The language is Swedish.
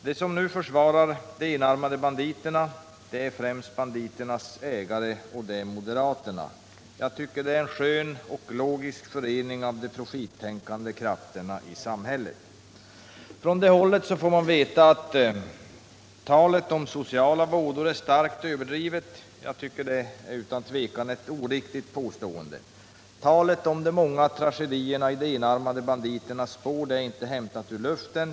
De som nu försvarar de enarmade banditerna är främst banditernas ägare och moderaterna. Det är en skön och logisk förening av de profittänkande krafterna i samhället. Från det hållet får man veta att talet om sociala vådor är starkt överdrivet. Jag tycker att det är ett oriktigt påstående. Talet om de många tragedierna i de enarmade banditernas spår är inte hämtat ur luften.